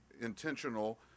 intentional